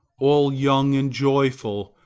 all young and joyful,